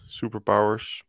superpowers